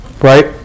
Right